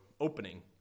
opening